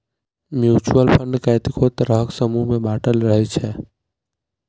mutual fund कतेको तरहक समूह मे बाँटल रहइ छै